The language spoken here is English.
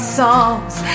songs